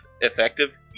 Effective